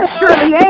surely